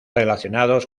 relacionados